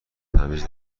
تمیز